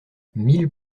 mille